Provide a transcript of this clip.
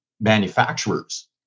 manufacturers